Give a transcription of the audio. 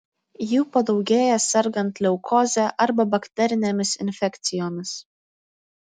jų padaugėja sergant leukoze arba bakterinėmis infekcijomis